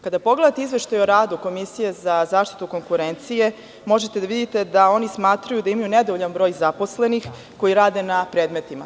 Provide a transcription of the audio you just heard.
Kada pogledate Izveštaj o radu Komisije za zaštitu konkurencije, možete da vidite da oni smatraju da imaju nedovoljan broj zaposlenih koji rade na predmetima.